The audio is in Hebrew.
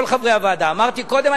כל חברי הוועדה אמרתי קודם,